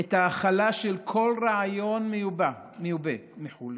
את ההכלה של כל רעיון מיובא מחו"ל